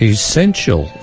Essential